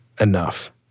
enough